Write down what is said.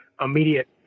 immediate